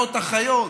מאות אחיות,